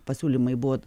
pasiūlymai buvo